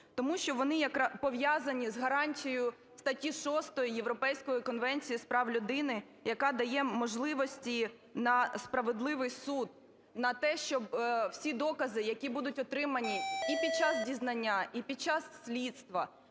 тому що вони пов'язані з гарантією статті 6 Європейської конвенції з прав людини, яка дає можливості на справедливий суд, на те, щоб всі докази, які будуть отримані і під час дізнання, і під час слідства,